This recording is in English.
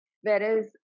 Whereas